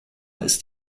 ist